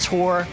Tour